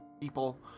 people